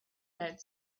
had